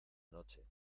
anoche